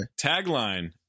Tagline